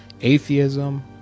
atheism